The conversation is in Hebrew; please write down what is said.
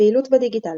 פעילות בדיגיטל